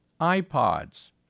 iPods